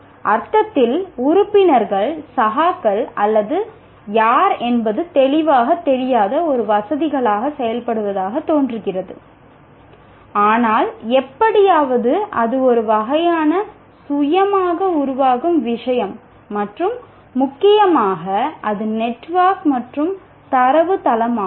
அர்த்தத்தில் உறுப்பினர்கள் சகாக்கள் அல்லது யார் என்பது தெளிவாகத் தெரியாத ஒரு வசதிகளாக செயல்படுவதாகத் தோன்றுகிறது ஆனால் எப்படியாவது அது ஒரு வகையான சுயமாக உருவாகும் விஷயம் மற்றும் முக்கியமாக அது நெட்வொர்க் மற்றும் தரவுத்தளமாகும்